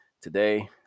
today